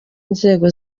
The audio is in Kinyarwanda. nzego